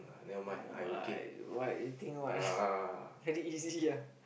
no like what you think what very easy ah